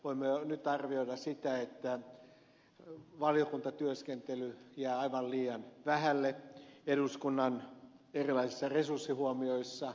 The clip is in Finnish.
voimme jo nyt arvioida sitä että valiokuntatyöskentely jää aivan liian vähälle eduskunnan erilaisissa resurssihuomioissa